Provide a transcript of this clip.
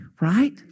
Right